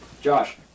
Josh